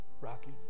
Rocky